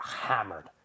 hammered